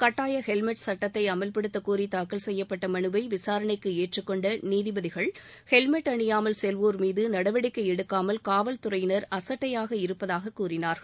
கட்டாய ஹெல்மெட் சட்டத்தை அமல்படுத்தக்கோரி தாக்கல் செய்யப்பட்ட மலுவை விசாரணைக்கு ஏற்றுக்கொண்ட நீதிபதிகள் ஹெல்மெட் அணியாமல் செல்வோர் மீது நடவடிக்கை எடுக்காமல் காவல்துறையினர் அசட்டையாக இருப்பதாக கூறினார்கள்